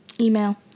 email